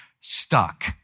stuck